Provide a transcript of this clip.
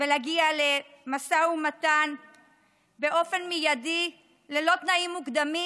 ולהגיע למשא ומתן באופן מיידי ללא תנאים מוקדמים,